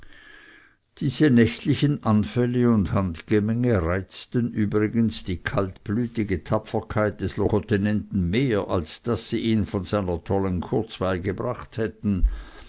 diese nächtlichen anfälle und handgemenge reizten übrigens die kaltblütige tapferkeit des locotenenten mehr als daß sie ihn von seiner tollen kurzweil gebracht hätten